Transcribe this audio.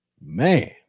Man